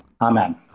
Amen